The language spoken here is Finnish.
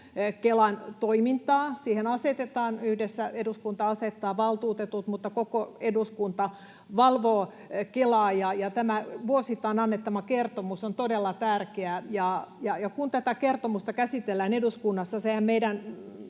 Kelan toimintaa. Siihen eduskunta asettaa valtuutetut, mutta koko eduskunta valvoo Kelaa, ja tämä vuosittain annettava kertomus on todella tärkeä. Kun tätä kertomusta käsitellään eduskunnassa,